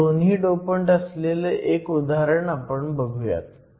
हे दोन्ही डोपंट असलेलं एक उदाहरण आपण बघुयात